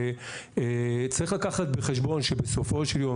צריך לקחת בחשבון שבסופו של יום,